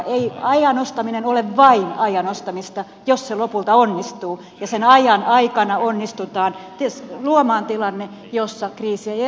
ei ajan ostaminen ole vain ajan ostamista jos se lopulta onnistuu ja sen ajan aikana onnistutaan luomaan tilanne jossa kriisi ei eskaloidu